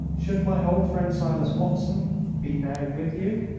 should my old friend silas watson be now with you,